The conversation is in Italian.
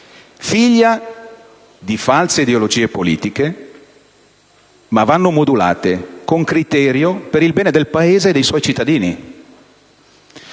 figlia di false ideologie politiche, ma vanno modulate con criterio per il bene del Paese e dei suoi cittadini.